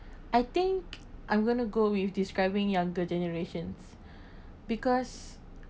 I think I'm gonna go with describing younger generations because